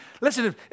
Listen